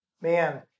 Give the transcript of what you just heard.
man